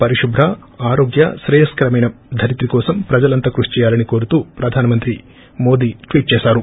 పరిశుభ్ర ఆరోగ్య శ్రేయస్కరమైన ధరిత్రి కోసం ప్రజలంతా కృషి చేయాలని కోరుతూ ప్రధాన మంత్రి మోదీ ట్వీట్ చేశారు